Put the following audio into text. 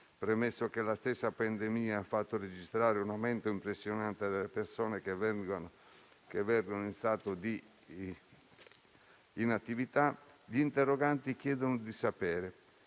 economiche; la stessa pandemia ha fatto registrare un aumento impressionante delle persone che versano in stato di inattività, gli interroganti chiedono di sapere: